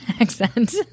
accent